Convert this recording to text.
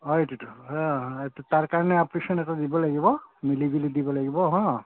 এইটোতো তাৰ কাৰণে এপ্লিকেশ্যন এটা দিব লাগিব মিলি জুলি দিব লাগিব হা